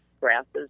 grasses